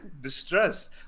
Distress